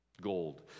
gold